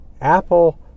Apple